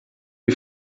die